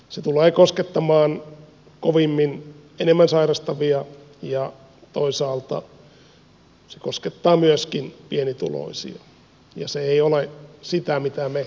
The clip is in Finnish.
se tulee koskettamaan kovimmin enemmän sairastavia ja toisaalta se koskettaa myöskin pienituloisia ja se ei ole sitä mitä me säätytalolla sovimme